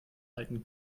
alten